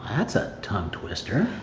that's a tongue twister.